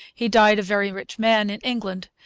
he died, a very rich man, in england,